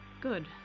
Good